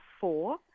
four